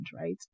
right